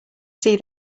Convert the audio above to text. see